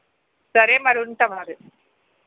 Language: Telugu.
సరే మరి ఉంటా మరి